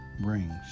brings